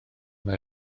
mae